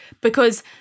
because-